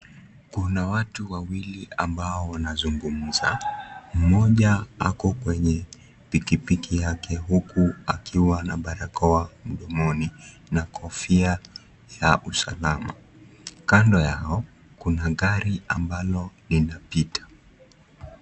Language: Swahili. Kuna watu wawaili ambao wanazungumza, mmoja ako kwenye pikipiki yake huku akiwa na barakoa mdomoni na kofia ya usalama. Kando yao kuna gari ambayo inapita.